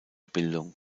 bildung